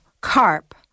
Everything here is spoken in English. CARP